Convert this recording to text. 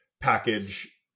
package